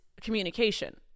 communication